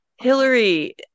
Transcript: Hillary